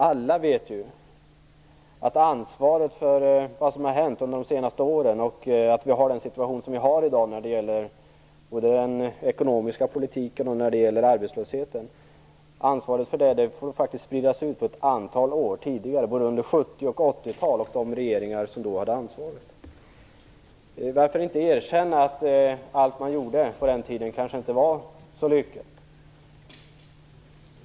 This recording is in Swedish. Alla vet ju att ansvaret för vad som har hänt under de senaste åren, för den situation som vi har i dag när det gäller både den ekonomiska politiken och arbetslösheten, får spridas ut över ett antal tidigare år, både under 70 och under 80-talet, på de regeringar som då hade ansvaret. Varför inte erkänna att allt man gjorde på den tiden kanske inte var så lyckat?